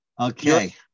Okay